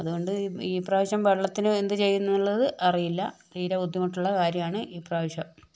അതുകൊണ്ട് ഈ പ്രാവശ്യം വെള്ളത്തിന് എന്തു ചെയ്യുമെന്നുള്ളത് അറിയില്ല തീരെ ബുദ്ധിമുട്ടുള്ള കാര്യമാണ് ഈ പ്രാവശ്യം